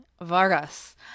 Vargas